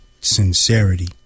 sincerity